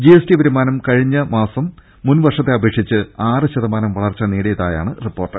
GST വരുമാനം കഴിഞ്ഞ മാസം മുൻ വർഷത്തെ അപേക്ഷിച്ച് ആറ് ശതമാനം വളർച്ച നേടിയതായാണ് റിപ്പോർട്ട്